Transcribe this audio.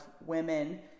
women